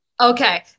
okay